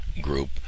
group